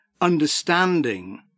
understanding